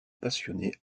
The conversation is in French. passionné